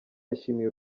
yashimiye